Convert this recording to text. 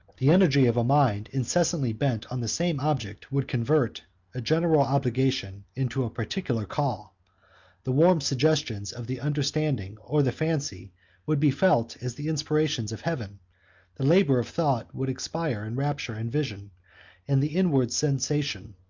the energy of a mind incessantly bent on the same object, would convert a general obligation into a particular call the warm suggestions of the understanding or the fancy would be felt as the inspirations of heaven the labor of thought would expire in rapture and vision and the inward sensation,